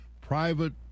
private